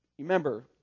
Remember